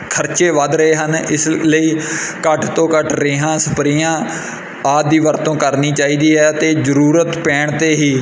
ਖਰਚੇ ਵੱਧ ਰਹੇ ਹਨ ਇਸ ਲਈ ਘੱਟ ਤੋਂ ਘੱਟ ਰੇਹਾਂ ਸਪਰੇਆਂ ਆਦਿ ਦੀ ਵਰਤੋਂ ਕਰਨੀ ਚਾਹੀਦੀ ਹੈ ਅਤੇ ਜ਼ਰੂਰਤ ਪੈਣ 'ਤੇ ਹੀ